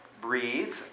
breathe